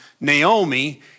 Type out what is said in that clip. Naomi